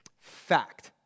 Fact